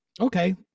Okay